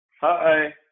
Hi